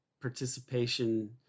participation